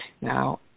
Now